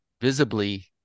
visibly